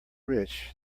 rich